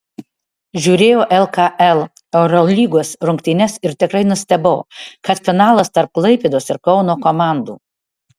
žiūrėjau lkl eurolygos rungtynes ir tikrai nustebau kad finalas tarp klaipėdos ir kauno komandų